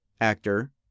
actor